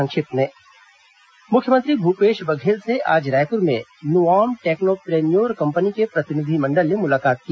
संक्षिप्त समाचार मुख्यमंत्री भूपेश बघेल से आज रायपुर में नुआम टेक्नोप्रेन्योर कंपनी के प्रतिनिधिमंडल ने मुलाकात की